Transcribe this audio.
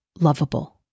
lovable